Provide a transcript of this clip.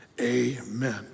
amen